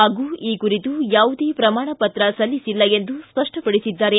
ಹಾಗೂ ಈ ಕುರಿತು ಯಾವುದೇ ಪ್ರಮಾಣ ಪತ್ರ ಸಲ್ಲಿಸಿಲ್ಲ ಎಂದು ಸ್ವಷ್ಷಪಡಿಸಿದ್ದಾರೆ